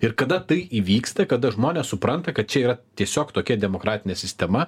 ir kada tai įvyksta kada žmonės supranta kad čia yra tiesiog tokia demokratinė sistema